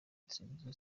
televiziyo